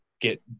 get